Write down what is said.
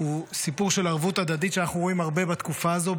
הוא סיפור של ערבות הדדית שאנחנו רואים הרבה בתקופה הזאת,